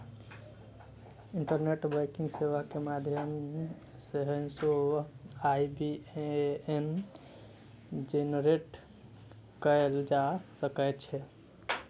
internet banking सेवा के माध्यम सं सेहो आई.बी.ए.एन जेनरेट कैल जा सकै छै